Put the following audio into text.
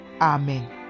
Amen